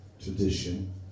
tradition